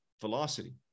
velocity